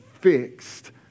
fixed